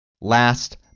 Last